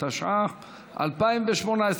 התשע"ח 2018,